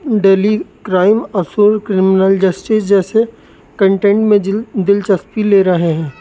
Delhi crime اصل criminal justice جیسے content میں دلچسپی لے رہے ہیں